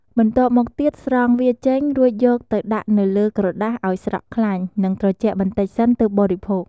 បន្ទាប់មកទៀតស្រង់វាចេញ រួចយកទៅដាក់នៅលើក្រដាសឱ្យស្រក់ខ្លាញ់ និងត្រជាក់បន្តិចសិន ទើបបរិភោគ។